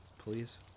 please